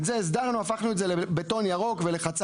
את זה הסדרנו, הפכנו את זה לבטון ירוק ולחצץ.